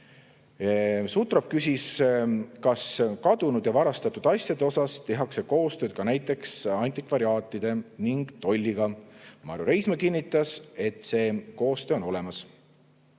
Sutrop küsis, kas kadunud ja varastatud asjade [leidmiseks] tehakse koostööd ka näiteks antikvariaatide ja tolliga. Marju Reismaa kinnitas, et see koostöö on olemas.